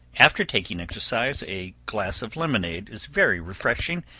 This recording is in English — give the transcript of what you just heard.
after taking exercise, a glass of lemonade is very refreshing,